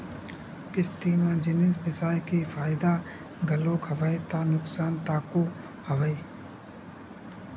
किस्ती म जिनिस बिसाय के फायदा घलोक हवय ता नुकसान तको हवय